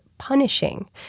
Punishing